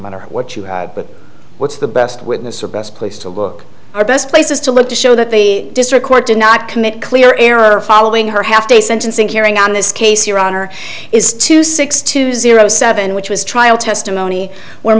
matter what you had but what's the best witness or best place to look our best places to look to show that the district court did not commit clear error following her half day sentencing hearing on this case your honor is to six to zero seven which was trial testimony whe